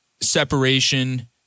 separation